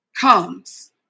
comes